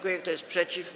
Kto jest przeciw?